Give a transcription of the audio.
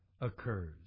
occurs